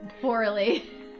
poorly